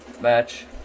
match